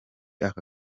aka